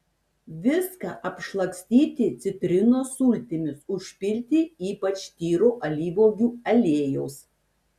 viską apšlakstyti citrinos sultimis užpilti ypač tyro alyvuogių aliejaus